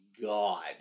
God